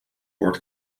woord